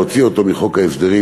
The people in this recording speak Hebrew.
להוציא אותו מחוק ההסדרים